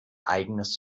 eigenes